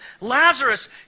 Lazarus